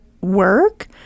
work